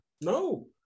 No